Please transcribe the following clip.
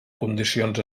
condicions